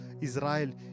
Israel